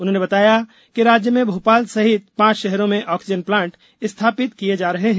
उन्होंने बताया कि राज्य में भोपाल सहित पांच शहरों में ऑस्सीजन प्लांट स्थापित किये जा रहे हैं